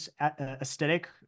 aesthetic